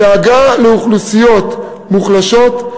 דאגה לאוכלוסיות מוחלשות,